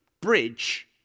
Bridge